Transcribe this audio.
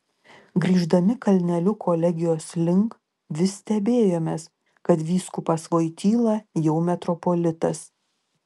grįždami kalneliu kolegijos link vis stebėjomės kad vyskupas voityla jau metropolitas